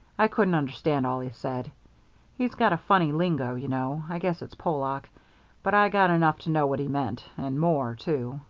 i couldn't understand all he said he's got a funny lingo, you know i guess it's polack but i got enough to know what he meant, and more, too.